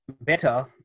better